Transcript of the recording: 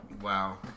Wow